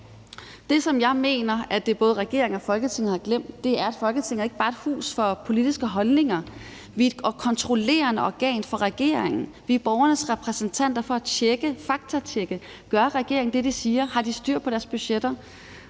Det, som jeg mener at både regeringen og Folketinget har glemt, er, at Folketinget ikke bare er et hus for politiske holdninger. Vi er et kontrollerende organ over for regeringen, vi er borgernes repræsentanter til at faktatjekke, om regeringen gør det, de siger, og om de har styr på deres budgetter.